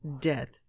death